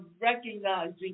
recognizing